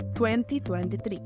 2023